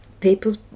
people's